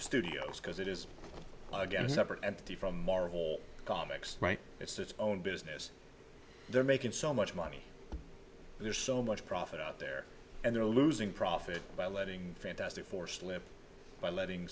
studios because it is again a separate entity from our whole comics right it's own business they're making so much money there's so much profit out there and they're losing profit by letting fantastic four slip by letting